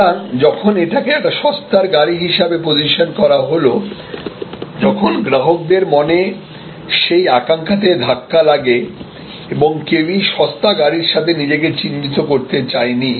সুতরাং যখন এটাকে একটি সস্তার গাড়ী হিসাবে পজিশন করা হলো তখন গ্রাহকেদের মনে সেই আকাঙ্ক্ষাতে ধাক্কা লাগে এবং কেউই সস্তা গাড়ীর সাথে নিজেকে চিহ্নিত করতে চায়নি